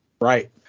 Right